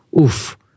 Oof